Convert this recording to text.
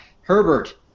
Herbert